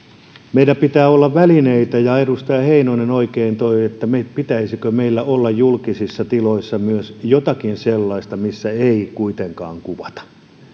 meillä pitää olla välineitä ja edustaja heinonen oikein toi esiin että pitäisikö meillä olla julkisissa tiloissa myös jotakin sellaista missä ei kuitenkaan kuvata